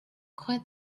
quite